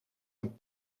een